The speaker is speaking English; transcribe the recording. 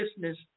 business